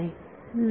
विद्यार्थी नाही